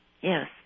Yes